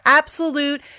absolute